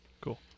Cool